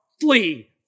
Flee